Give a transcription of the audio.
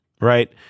right